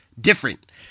different